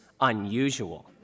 unusual